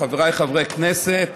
חבריי חברי הכנסת,